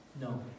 no